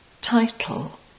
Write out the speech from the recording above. Title